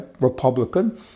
Republican